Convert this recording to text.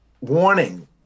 warning